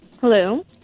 Hello